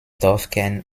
dorfkern